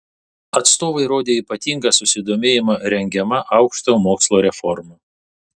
atstovai rodė ypatingą susidomėjimą rengiama aukštojo mokslo reforma